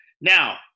Now